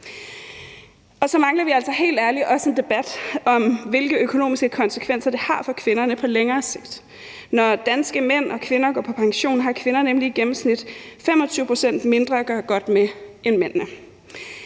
Så mangler vi altså helt ærligt også en debat om, hvilke økonomiske konsekvenser det har for kvinderne på længere sigt. Når danske mænd og kvinder går på pension, har kvinder nemlig i gennemsnit 25 pct. mindre at gøre godt med end mændene.